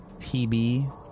PB